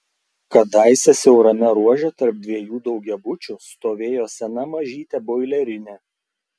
kadaise siaurame ruože tarp dviejų daugiabučių stovėjo sena mažytė boilerinė